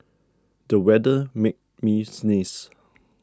the weather made me sneeze